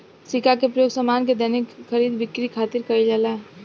सिक्का के प्रयोग सामान के दैनिक खरीद बिक्री खातिर कईल जाला